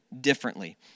differently